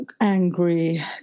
angry